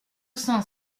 cent